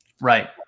right